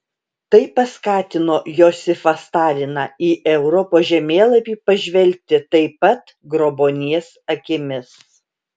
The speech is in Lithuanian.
tai paskatino josifą staliną į europos žemėlapį pažvelgti taip pat grobuonies akimis